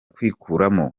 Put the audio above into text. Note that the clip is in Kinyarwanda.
kwikuramo